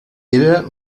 era